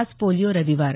आज पोलिओ रविवार